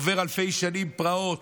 עובר אלפי שנים פרעות,